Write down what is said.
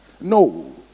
No